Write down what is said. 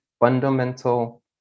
fundamental